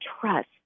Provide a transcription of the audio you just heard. trust